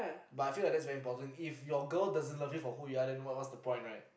but I feel like that's very important if your girl doesn't love you for who you are then what what's the point right